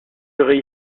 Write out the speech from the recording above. serait